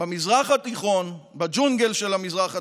במזרח התיכון, בג'ונגל של המזרח התיכון,